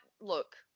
look